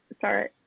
sorry